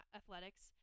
athletics